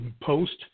post